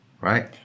Right